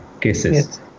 cases